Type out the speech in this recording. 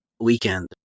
weekend